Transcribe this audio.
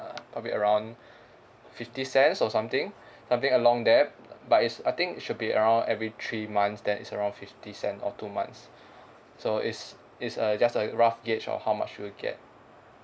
probably around fifty cents or something something along that but is I think should be around every three months that is around fifty cent or two months so it's it's uh just a rough gauge of how much you'll get